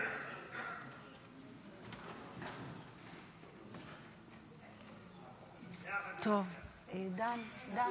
ביחד ננצח.